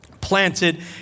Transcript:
planted